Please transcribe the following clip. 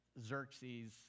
Xerxes